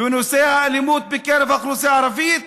בנושא האלימות בקרב האוכלוסייה הערבית,